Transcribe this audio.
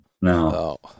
No